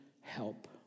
help